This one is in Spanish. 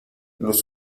los